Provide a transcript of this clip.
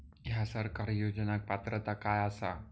हया सरकारी योजनाक पात्रता काय आसा?